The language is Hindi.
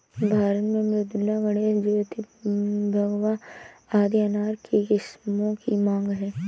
भारत में मृदुला, गणेश, ज्योति, भगवा आदि अनार के किस्मों की मांग है